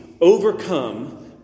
overcome